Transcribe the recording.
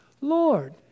Lord